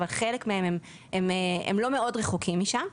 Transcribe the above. אבל זה לא מאוד רחוק משם.